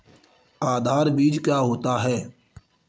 आधार बीज क्या होता है?